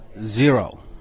zero